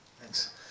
Thanks